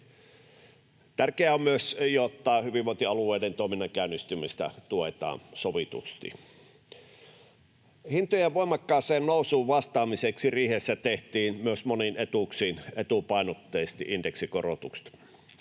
Tärkeää on myös, että hyvinvointialueiden toiminnan käynnistymistä tuetaan sovitusti. Hintojen voimakkaaseen nousuun vastaamiseksi riihessä tehtiin myös moniin etuuksiin etupainotteisesti indeksikorotukset,